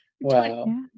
Wow